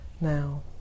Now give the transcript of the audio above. now